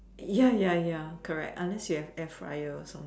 ya ya ya correct unless you have air fryer